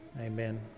Amen